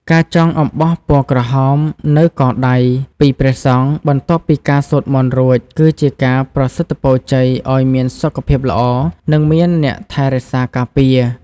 ការចងអំបោះពណ៌ក្រហមនៅកដៃពីព្រះសង្ឃ បន្ទាប់ពីការសូត្រមន្តរួច គឺជាការប្រសិទ្ធពរជ័យឱ្យមានសុខភាពល្អ និងមានអ្នកថែរក្សាការពារ។